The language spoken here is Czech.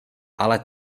ale